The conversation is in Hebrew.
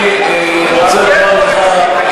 אני רוצה לומר לך,